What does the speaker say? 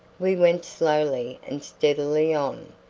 we went slowly and steadily on,